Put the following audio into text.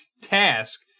task